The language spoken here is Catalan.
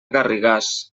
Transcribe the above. garrigàs